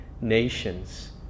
nations